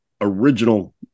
original